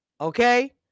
Okay